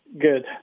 good